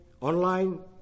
online